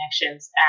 connections